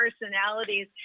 personalities